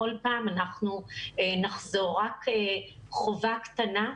רק חובה קטנה,